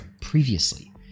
previously